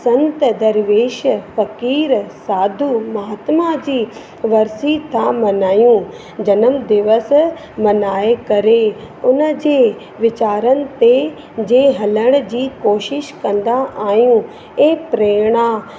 संत दरवेश फ़क़ीरु साधू महात्मा जी वर्सी था मल्हायूं जनम दिवस मल्हाए करे उन जे विचारन ते जे हलण जी कोशिश कंदा आहियूं ऐं प्रेरणा